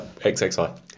XXI